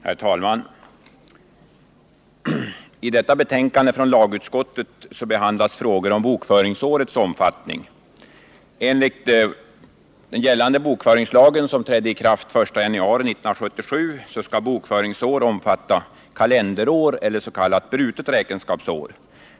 Herr talman! I detta betänkande från lagutskottet behandlas frågor om bokföringsårets omfattning. Enligt den gällande bokföringslagen, som trädde i kraft den 1 januari 1977, skall bokföringsår omfatta kalenderår eller s.k. brutet räkenskapsår.